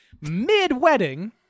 Mid-wedding